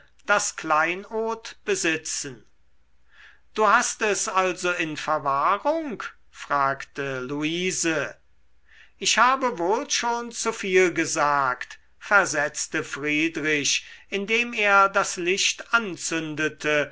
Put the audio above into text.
das kleinod besitzen du hast es also in verwahrung fragte luise ich habe wohl schon zuviel gesagt versetzte friedrich indem er das licht anzündete